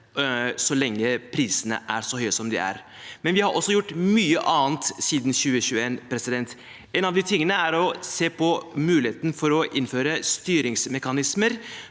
så lenge prisene er så høye som de er. Samtidig har vi også gjort mye annet siden 2021. En av de tingene er å se på muligheten for å innføre styringsmekanismer